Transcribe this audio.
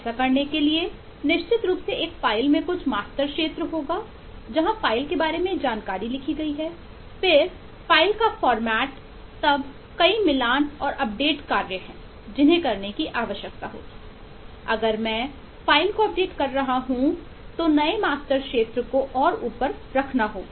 ऐसा करने के लिए निश्चित रूप से एक फ़ाइल में कुछ मास्टर कर रहा हूं तो नए मास्टर क्षेत्र को और ऊपर रखना होगा